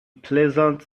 pleasant